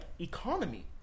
economy